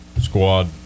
squad